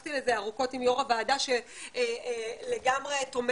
ושוחחתי על זה ארוכות עם יושב ראש הוועדה שלגמרי תומך